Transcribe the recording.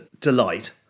delight